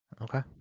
Okay